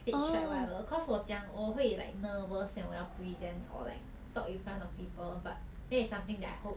stage fright whatever cause 我讲我会 like nervous when 我要 present or like talk in front of people but that is something that I hope